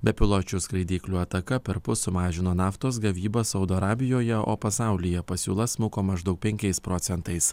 bepiločių skraidyklių ataka perpus sumažino naftos gavybą saudo arabijoje o pasaulyje pasiūla smuko maždaug penkiais procentais